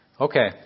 Okay